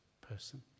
person